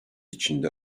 içinde